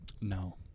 No